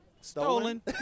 Stolen